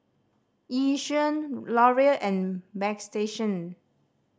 Yishion Laurier and Bagstationz